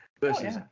Versus